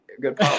Good